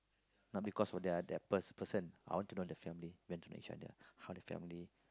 not because of their their that per~ person I want to know the family we have to know how the family